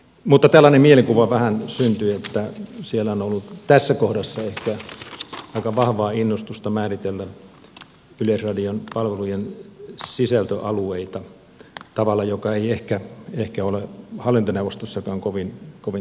mutta tällainen mielikuva vähän syntyi että siellä on ollut tässä kohdassa ehkä aika vahvaa innostusta määritellä yleisradion palvelujen sisältöalueita tavalla joka ei ehkä ole hallintoneuvostossakaan kovin tavallinen